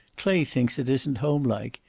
clay thinks it isn't homelike.